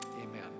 amen